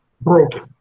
broken